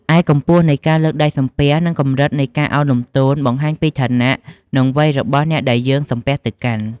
ឯកម្ពស់នៃការលើកដៃសំពះ និងកម្រិតនៃការឱនលំទោន បង្ហាញពីឋានៈ និងវ័យរបស់អ្នកដែលយើងសំពះទៅកាន់។